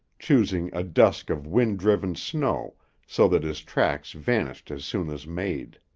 choosing a dusk of wind-driven snow so that his tracks vanished as soon as made.